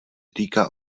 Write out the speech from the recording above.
týká